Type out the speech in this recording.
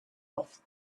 off